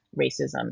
racism